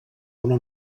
una